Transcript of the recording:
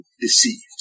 deceived